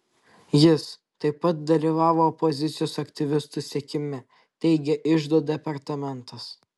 jis taip pat dalyvavo opozicijos aktyvistų sekime teigė iždo departamentas